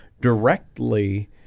directly